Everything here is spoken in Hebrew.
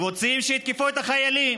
ורוצים שיתקפו את החיילים.